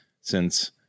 since-